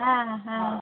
ಆಂ ಹಾಂ